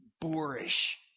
boorish